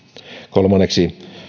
kolmanneksi